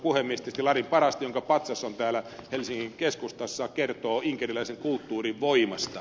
tietysti larin paraske jonka patsas on helsingin keskustassa kertoo inkeriläisen kulttuurin voimasta